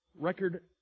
record